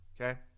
okay